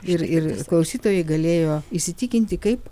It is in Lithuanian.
ir ir klausytojai galėjo įsitikinti kaip